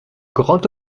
grand